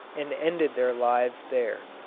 and ended their lives there.